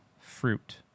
fruit